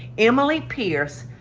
emily pierce.